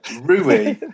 Rui